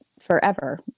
forever